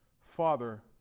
Father